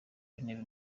w’intebe